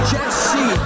Jesse